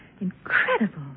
Incredible